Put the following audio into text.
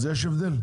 אז יש הבדל?